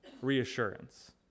reassurance